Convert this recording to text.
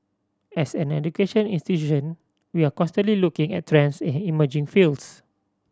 as an education institution we are constantly looking at trends and emerging fields